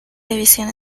división